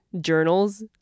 journals